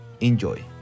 Enjoy